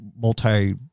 multi